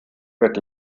wird